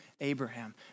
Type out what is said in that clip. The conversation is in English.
Abraham